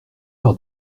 par